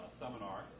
seminar